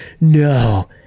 No